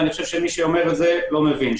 ואני חושב שמי שאומר את זה לא מבין.